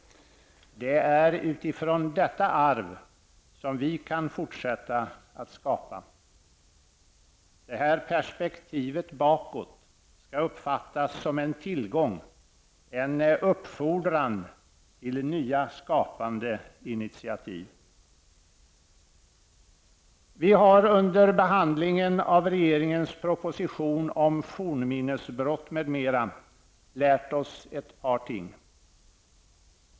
Det är utifrån detta arv som vi kan fortsätta att skapa. Detta perspektiv bakåt skall uppfattas som en tillgång, en uppfordran till nya skapande initiativ. Vi har under behandlingen av regeringens proposition om fornminnesbrott m.m. lärt oss ett par ting.